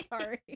Sorry